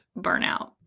burnout